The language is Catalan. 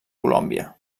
colòmbia